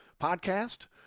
podcast